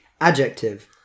Adjective